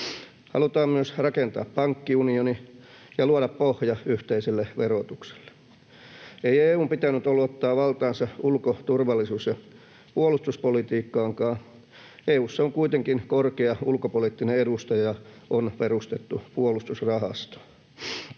Halutaan myös rakentaa pankkiunioni ja luoda pohja yhteiselle verotukselle. Ei EU:n pitänyt ulottaa valtaansa ulko‑, turvallisuus- ja puolustuspolitiikkaankaan. EU:ssa on kuitenkin korkea ulkopoliittinen edustaja, ja on perustettu puolustusrahasto.